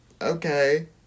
okay